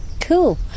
Cool